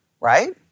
right